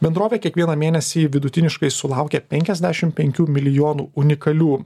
bendrovė kiekvieną mėnesį vidutiniškai sulaukia penkiasdešim penkių milijonų unikalių